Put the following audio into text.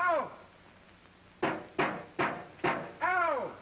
oh oh